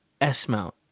S-mount